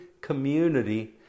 community